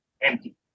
empty